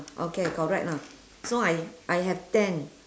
okay correct lah so I I have ten